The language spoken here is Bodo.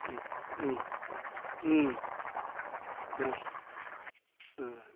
उम उम उम ओ ओ